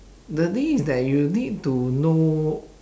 the thing is that you need to know